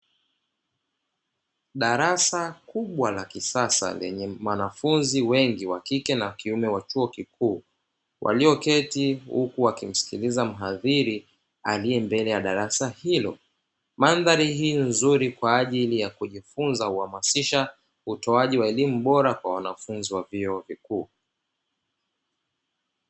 Darasa kubwa la kisasa lenye wanafunzi wengi wa kike na wa kiume wa chuo kikuu, walioketi huku wakimsikiliza mhadhiri aliye mbele ya darasa hilo. Mandhari hii nzuri kwa ajili ya kujifunza, huhamasisha utoaji wa elimu bora kwa wanafunzi wa vyuo vikuu.